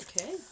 Okay